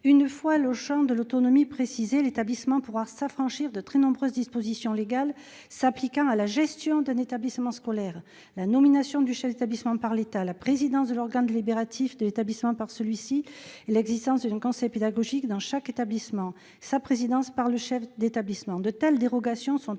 Une fois le champ de l'autonomie précisé, l'établissement pourra s'affranchir de très nombreuses dispositions légales s'appliquant à la gestion d'un établissement scolaire : la nomination du chef d'établissement par l'État, la présidence de l'organe délibératif de l'établissement par celui-ci, l'existence d'un conseil pédagogique dans chaque établissement, sa présidence par le chef d'établissement. De telles dérogations sont